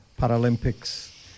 Paralympics